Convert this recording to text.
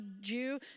Jew